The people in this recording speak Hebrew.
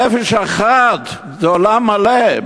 נפש אחת זה עולם מלא.